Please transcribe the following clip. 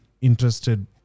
interested